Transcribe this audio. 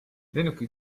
lennuki